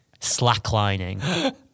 slacklining